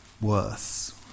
worse